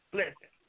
listen